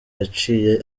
yaciye